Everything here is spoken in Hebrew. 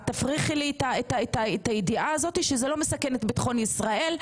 את תפריכי לי את הידיעה הזו שזה לא מסכן את ביטחון ישראל,